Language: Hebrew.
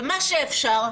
ומה שאפשר,